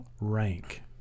rank